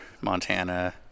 montana